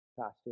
pastor